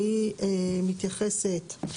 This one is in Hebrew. שהיא מתייחסת,